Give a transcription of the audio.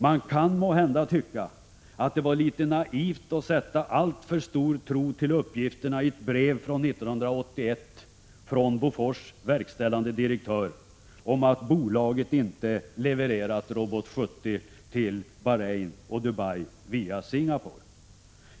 Man kan måhända tycka att det var litet naivt att sätta alltför stor tilltro till uppgifterna i ett brev 1981 från Bofors verkställande direktör om att bolaget inte levererat Robot 70 till Bahrain och Dubai via Singapore.